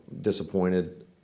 disappointed